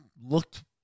looked